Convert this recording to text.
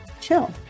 Chill